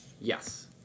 Yes